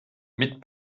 mit